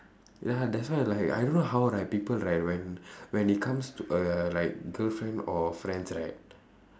ya that's why like I don't know how like people right when it comes to uh like girlfriend or friends right